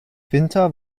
winter